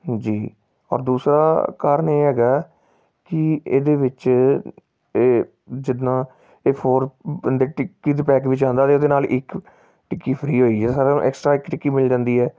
ਜੀ ਔਰ ਦੂਸਰਾ ਕਾਰਣ ਇਹ ਹੈਗਾ ਕਿ ਇਹਦੇ ਵਿੱਚ ਇਹ ਜਿੱਦਾਂ ਇਹ ਫੋਰ ਮਤ ਟਿੱਕੀ ਦੇ ਪੈਕ ਵਿੱਚ ਆਉਂਦਾ ਅਤੇ ਉਹਦੇ ਨਾਲ ਇੱਕ ਟਿੱਕੀ ਫ੍ਰੀ ਹੋਵੇਗੀ ਇਹ ਸਾਰਾ ਐਕਸਟਰਾ ਇੱਕ ਟਿੱਕੀ ਮਿਲ ਜਾਂਦੀ ਹੈ